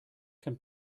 can